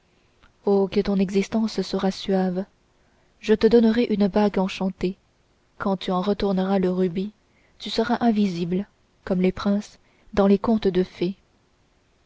que ton existence sera suave je te donnerai une bague enchantée quand tu en retourneras le rubis tu seras invisible comme les princes dans les contes des fées